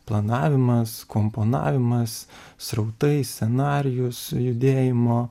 planavimas komponavimas srautai scenarijus judėjimo